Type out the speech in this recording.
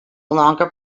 longer